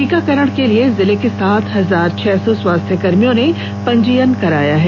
टीकाकरण के लिए जिले के सात हजार छह सौ स्वास्थ्यकर्मियों ने पंजीयन कराया है